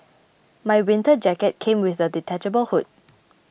my winter jacket came with a detachable hood